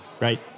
Right